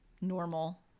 normal